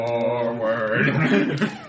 forward